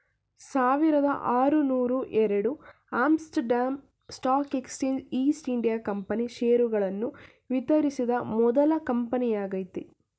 ಸಾವಿರದಆರುನೂರುಎರಡು Amsterdam stock exchange East India company ಷೇರುಗಳನ್ನು ವಿತರಿಸಿದ ಮೊದ್ಲ ಕಂಪನಿಯಾಗೈತೆ